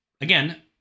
Again